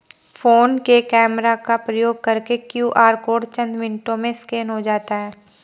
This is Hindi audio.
फोन के कैमरा का प्रयोग करके क्यू.आर कोड चंद मिनटों में स्कैन हो जाता है